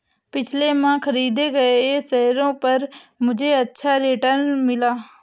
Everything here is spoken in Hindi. पिछले माह खरीदे गए शेयरों पर मुझे अच्छा रिटर्न मिला